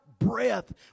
breath